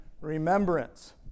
remembrance